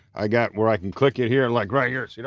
i got where i can click it here and like, right here. you know